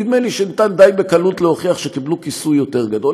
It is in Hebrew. נדמה לי שאפשר די בקלות להוכיח שקיבלו כיסוי יותר גדול.